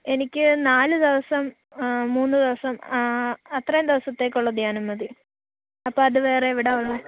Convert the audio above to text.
എനിക്ക് നാല് ദിവസം മൂന്ന് ദിവസം അത്രയും ദിവസത്തേക്കുള്ള ധ്യാനം മതി അപ്പോൾ അത് വേറെ എവിടെയാണ് ഉള്ളത്